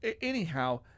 anyhow